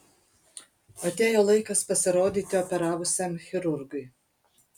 atėjo laikas pasirodyti operavusiam chirurgui